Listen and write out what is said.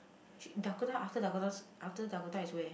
去 Dakota after Dakota s~ after Dakota is where